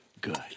good